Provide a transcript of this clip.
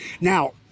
Now